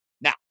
Now